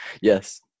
Yes